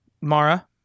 Mara